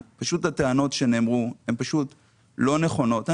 הטענות שנאמרו כאן הן טענות לא נכונות.